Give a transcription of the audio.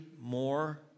more